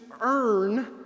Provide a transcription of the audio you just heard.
earn